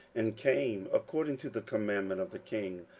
and came, according to the commandment of the king,